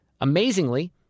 Amazingly